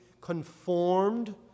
conformed